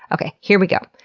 okay here we go.